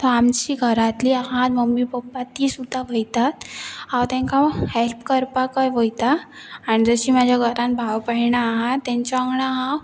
तो आमची घरांतली आहात मम्मी पप्पा ती सुद्दां वयतात हांव तांकां हेल्प करपाकय वयता आनी जशी म्हाज्या घरान भाव भयणां आसा तांच्या वांगडा हांव